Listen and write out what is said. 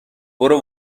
برو